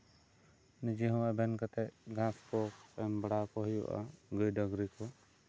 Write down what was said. ᱱᱤᱡᱮ ᱦᱚᱸ ᱮᱵᱦᱮᱱ ᱠᱟᱛᱮᱜ ᱜᱷᱟᱥ ᱠᱚ ᱮᱢ ᱵᱟᱲᱟᱣ ᱠᱚ ᱦᱩᱭᱩᱜᱼᱟ